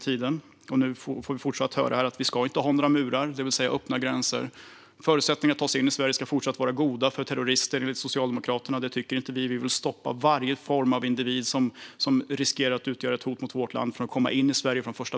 Här kunde vi återigen höra att vi inte ska ha några murar, det vill säga vi ska ha öppna gränser. Förutsättningarna att ta sig in i Sverige ska fortsatt vara goda för terrorister, enligt Socialdemokraterna. Det tycker inte vi. Vi vill hindra varje individ som riskerar att utgöra ett hot från att komma in i Sverige.